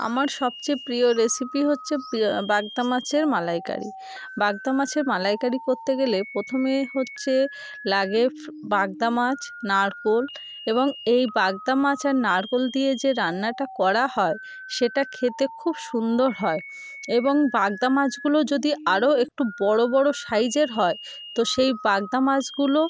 আমার সবচেয়ে প্রিয় রেসিপি হচ্ছে বাগদা মাছের মালাইকারি বাগদা মাছের মালাইকারি করতে গেলে প্রথমেই হচ্ছে লাগে বাগদা মাছ নারকেল এবং এই বাগদা মাছ আর নারকেল দিয়ে যে রান্নাটা করা হয় সেটা খেতে খুব সুন্দর হয় এবং বাগদা মাছগুলো যদি আরও একটু বড় বড় সাইজের হয় তো সেই বাগদা মাছগুলো